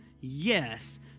yes